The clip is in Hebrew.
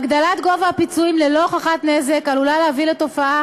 הגדלת גובה הפיצויים ללא הוכחת נזק עלולה להביא לתופעה